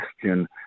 question